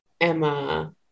Emma